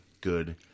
good